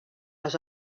ris